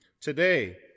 Today